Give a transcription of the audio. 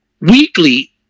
weekly